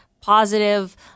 positive